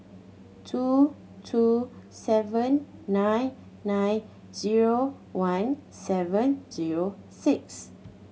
two two seven nine nine zero one seven zero six